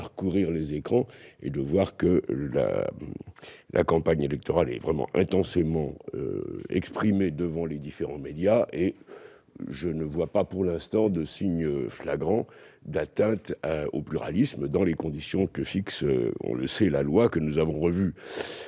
parcourir les écrans pour voir que la campagne électorale est déjà intense dans les différents médias. Et je ne vois pas, pour l'instant, de signes flagrants d'atteinte au pluralisme, dans les conditions que fixe la loi que nous avons revue